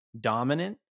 dominant